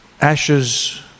ashes